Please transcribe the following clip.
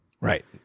Right